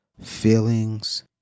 feelings